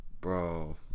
Bro